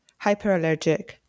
Hyperallergic